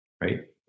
right